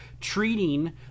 treating